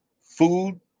Food